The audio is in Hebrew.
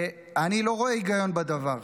אני לא רואה היגיון בדבר,